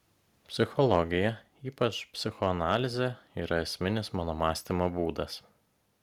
psichologija ypač psichoanalizė yra esminis mano mąstymo būdas